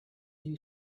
new